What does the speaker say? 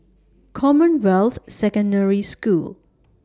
Commonwealth Secondary School